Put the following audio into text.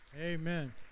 Amen